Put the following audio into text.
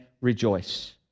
rejoice